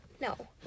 No